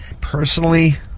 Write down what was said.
personally